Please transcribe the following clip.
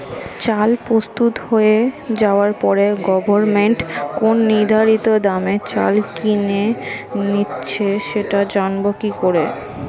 চাল প্রস্তুত হয়ে যাবার পরে গভমেন্ট কোন নির্ধারিত দামে চাল কিনে নিচ্ছে সেটা জানবো কি করে?